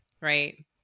right